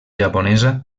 japonesa